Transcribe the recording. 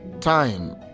time